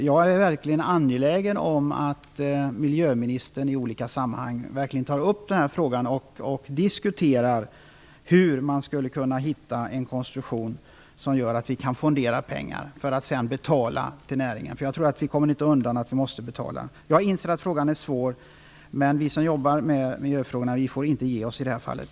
Jag är verkligen angelägen om att miljöministern i olika sammanhang tar upp den här frågan och diskuterar hur man skulle kunna hitta en konstruktion som gör att vi kan fondera pengar för att sedan betala till näringen. Jag tror inte att vi kommer undan utan vi måste betala. Jag inser att frågan är svår. Men vi som jobbar med miljöfrågorna får inte ge oss i det här fallet.